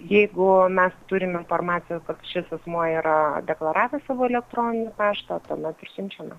jeigu mes turim informacijos kad šis asmuo yra deklaravęs savo elektroninį paštą tuomet ir siunčiame